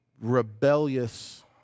rebellious